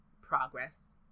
progress